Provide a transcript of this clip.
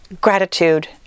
gratitude